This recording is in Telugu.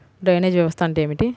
డ్రైనేజ్ వ్యవస్థ అంటే ఏమిటి?